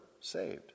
saved